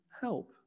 help